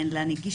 אין לה נגישות,